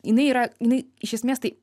jinai yra jinai iš esmės tai